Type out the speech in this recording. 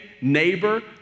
neighbor